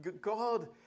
God